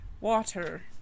water